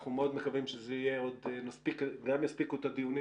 אנחנו מאוד מקווים שגם יספיקו את הדיונים